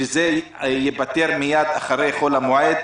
שזה ייפתר מייד אחרי חול המועד.